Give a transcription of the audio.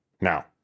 Now